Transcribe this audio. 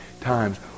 times